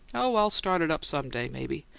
oh, i'll start it up some day, maybe.